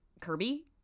Kirby